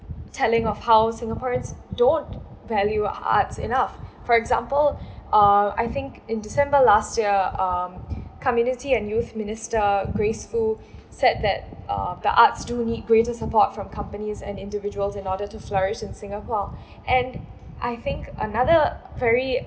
telling of how singaporeans don't value arts enough for example uh I think in december last year um community and youth minister grace fu said that uh the arts do need greater support from companies and individuals in order to flourish in singapore and I think another very